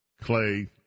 Clay